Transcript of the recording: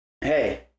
hey